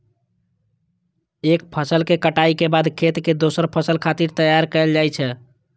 एक फसल के कटाइ के बाद खेत कें दोसर फसल खातिर तैयार कैल जाइ छै